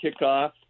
kickoff